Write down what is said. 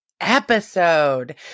episode